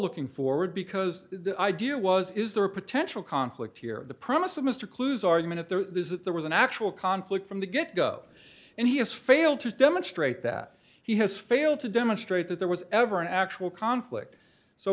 looking forward because the idea was is there a potential conflict here the promise of mr clues argument if there's if there was an actual conflict from the get go and he has failed to demonstrate that he has failed to demonstrate that there was ever an actual conflict so